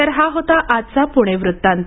तर हा होता आजचा पुणे वृत्तांत